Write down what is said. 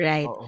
Right